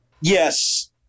Yes